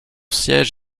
siège